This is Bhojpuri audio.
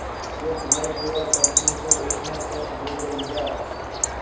देख भाई तोरा कंपनी पर एतना कर्जा हो गइल बा